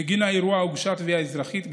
בגין האירוע הוגשה תביעה אזרחית,